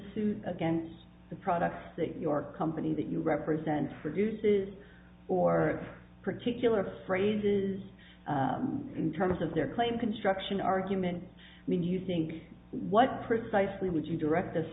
suit against the product that your company that you represent produces or particular phrases in terms of their claim construction argument when you think what precisely would you direct this